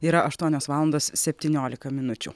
yra aštuonios valandos septyniolika minučių